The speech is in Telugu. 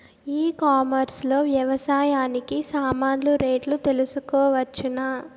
ఈ కామర్స్ లో వ్యవసాయానికి సామాన్లు రేట్లు తెలుసుకోవచ్చునా?